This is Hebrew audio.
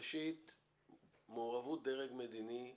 ראשית מעורבות דרג מדיני,